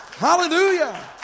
Hallelujah